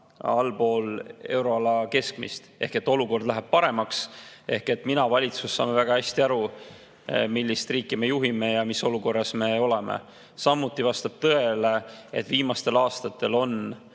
allpool euroala keskmist. Olukord läheb paremaks ning mina ja valitsus saame väga hästi aru, millist riiki me juhime ja mis olukorras me oleme. Samuti vastab tõele, et viimastel aastatel on